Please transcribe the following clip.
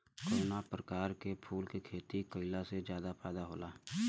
कवना प्रकार के फूल के खेती कइला से ज्यादा फायदा होला?